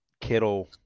Kittle